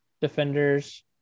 defenders